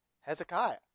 Hezekiah